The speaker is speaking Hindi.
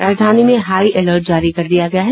राजधानी में हाई अलर्ट जारी कर दिया गया है